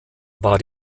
war